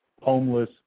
homeless